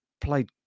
played